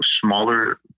smaller